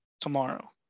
tomorrow